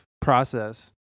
Process